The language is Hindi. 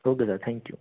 okay sir thank you